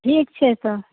ठीक छै तऽ